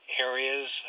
areas